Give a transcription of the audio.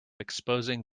exposing